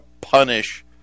punish